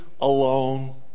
alone